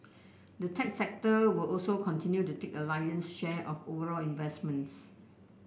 the tech sector will also continue to take a lion's share of overall investments